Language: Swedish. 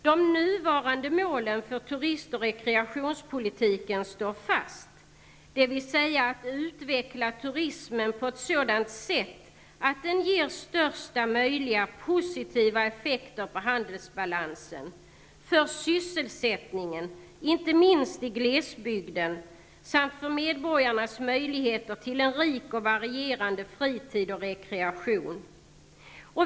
De nuvarande målen för turist och rekreationspolitiken står fast, dvs. att utveckla turismen på ett sådant sätt att den ger största möjliga positiva effekter på handelsbalansen, för sysselsättningen, inte minst i glesbygden, samt för medborgarnas möjligheter till en rik och varierad fritid och rekreation.